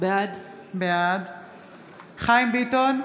בעד חיים ביטון,